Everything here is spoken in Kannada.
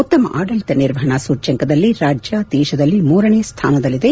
ಉತ್ತಮ ಆಡಳಿತ ನಿರ್ವಹಣಾ ಸೂಚ್ಯಂಕದಲ್ಲಿ ರಾಜ್ಯ ದೇಶದಲ್ಲಿ ಮೂರನೇ ಸ್ವಾನದಲ್ಲಿದೆ